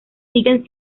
siguen